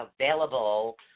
available